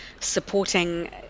supporting